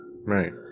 right